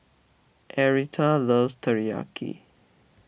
Aretha loves Teriyaki